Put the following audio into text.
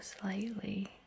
slightly